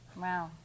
Wow